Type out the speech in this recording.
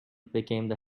became